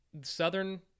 southern